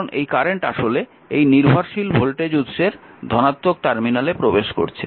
কারণ এই কারেন্ট আসলে এই নির্ভরশীল ভোল্টেজ উৎসের ধনাত্মক টার্মিনালে প্রবেশ করছে